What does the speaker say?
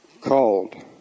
Called